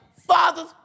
Fathers